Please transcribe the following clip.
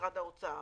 במשרד האוצר.